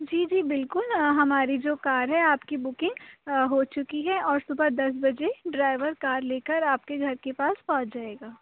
جی جی بالکل ہماری جو کار ہے آپ کی بکنگ ہو چکی ہے اور صبح دس بجے ڈرائیور کار لے کر آپ کے گھر کے پاس پہنچ جائے گا